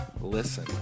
listen